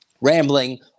rambling